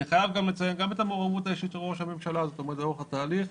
אני חייב לציין את המעורבות האישית של ראש הממשלה לאורך כל התהליך.